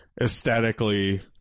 aesthetically